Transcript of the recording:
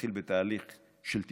להתחיל בתהליך של טיפול.